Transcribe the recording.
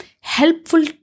helpful